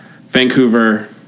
Vancouver